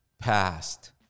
past